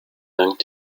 dank